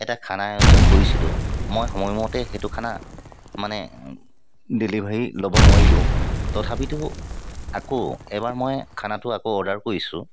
এটা খানা আয়োজন কৰিছিলোঁ মই সময়মতে সেইটো খানা মানে ডেলিভাৰি ল'ব নোৱাৰিলোঁ তথাপিতো আকৌ এবাৰ মই খানাটো আকৌ অৰ্ডাৰ কৰিছোঁ